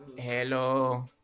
Hello